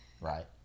right